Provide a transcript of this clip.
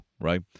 Right